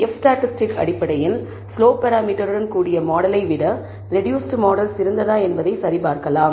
F statistic அடிப்படையில் slope parameter உடன் கூடிய மாடலை விட ரெடூஸ்ட் மாடல் சிறந்ததா என்பதை சரிபார்க்கலாம்